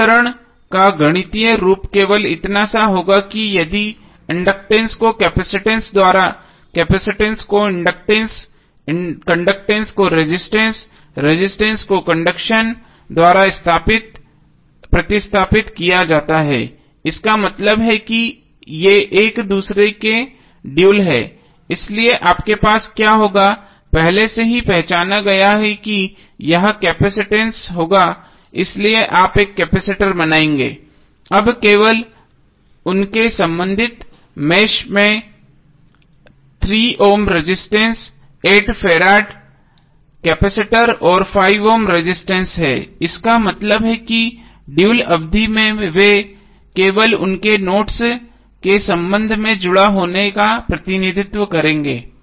समीकरण का गणितीय रूप केवल इतना ही होगा यदि इंडक्टेंस को केपसिटंस द्वारा केपसिटंस को इंडक्टेंस कंडक्टैंस को रेजिस्टेंस रेजिस्टेंस को कंडक्शन द्वारा प्रतिस्थापित किया जाता है इसका मतलब है कि ये एक दूसरे के ड्यूल हैं इसलिए आपके पास क्या होगा पहले से ही पहचाना गया है कि यह केपसिटंस होगा इसलिए आप एक कैपेसिटर बनाएंगे अब केवल उनके संबंधित मेषों में 3 ओम रेजिस्टेंस 8 फेराड कैपेसिटर और 5 ओम रेजिस्टेंस हैं इसका मतलब है कि ड्यूल अवधि में वे केवल उनके नोड्स के संबंध में जुड़ा होने का प्रतिनिधित्व करेंगे